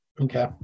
Okay